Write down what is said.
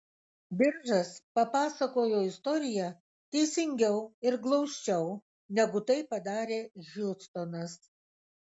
diržas papasakojo istoriją teisingiau ir glausčiau negu tai padarė hjustonas